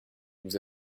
vous